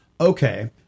okay